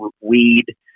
weed